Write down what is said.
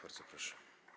Bardzo proszę.